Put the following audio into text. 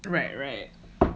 right right